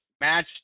Match